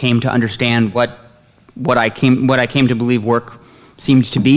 came to understand what what i came what i came to believe work seems to be